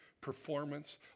performance